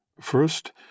First